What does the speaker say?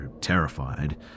terrified